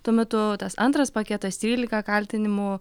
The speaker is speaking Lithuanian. tuo metu tas antras paketas trylika kaltinimų